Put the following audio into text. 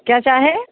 क्या चाहें